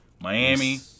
Miami